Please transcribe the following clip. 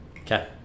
Okay